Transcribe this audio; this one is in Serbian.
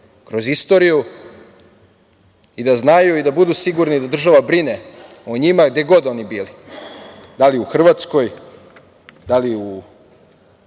kroz istoriju i da znaju i da budu sigurni da država brine o njima, gde god oni bili, da li u Hrvatskoj, da li u